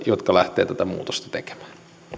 jotka lähtevät tätä muutosta tekemään